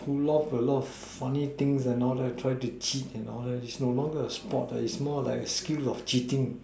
pull off a lot funny things and all that try to cheat and all that is no longer a sport eh is more like a skill of cheating